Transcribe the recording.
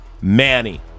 Manny